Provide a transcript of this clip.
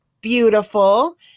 beautiful